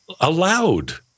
allowed